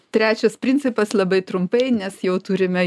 trečias principas labai trumpai nes jau turime